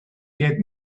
get